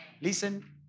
Listen